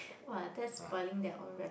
!wah! that's spoiling they own rep~